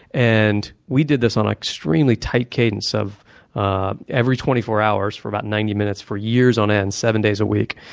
and we did this on an extremely tight cadence of ah every twenty four hours for about ninety minutes for years on end. seven days a week.